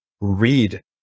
read